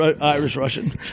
Irish-Russian